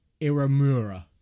Iramura